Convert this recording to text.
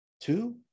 Two